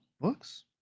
books